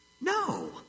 No